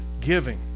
giving